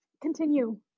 Continue